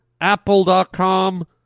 Apple.com